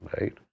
right